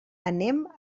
anem